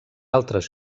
altres